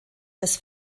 des